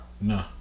no